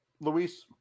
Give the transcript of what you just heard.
Luis